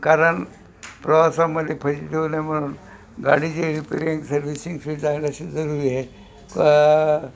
कारण प्रवासामध्ये फजिती होऊ नये म्हणून गाडीची रिपेरिंग सर्विसिंग जरूरी आहे का